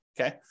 okay